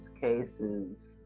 cases